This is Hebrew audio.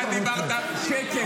אתה דיברת שקר.